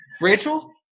Rachel